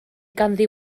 ganddi